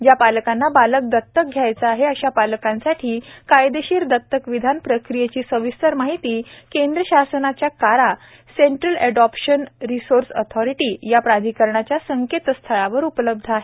ज्या पालकांना बालक दत्तक घ्यावयाचे आहे अशा पालकांसाठी कायदेशीर दत्तक विधान प्रक्रियेची सविस्तर माहिती केंद्र शासनाच्या CARA Central Adoption Resource Authority या प्राधिकरणाच्या या संकेतस्थळावर उपलब्ध आहे